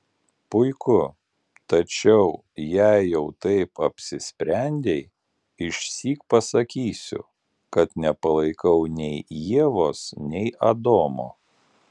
puiku tačiau jei jau taip apsisprendei išsyk pasakysiu kad nepalaikau nei ievos nei adomo